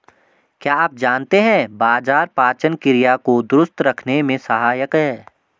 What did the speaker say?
क्या आप जानते है बाजरा पाचन क्रिया को दुरुस्त रखने में सहायक हैं?